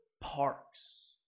parks